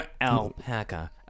alpaca